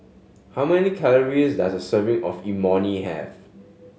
how many calories does a serving of Imoni have